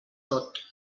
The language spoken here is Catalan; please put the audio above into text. tot